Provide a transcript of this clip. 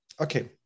Okay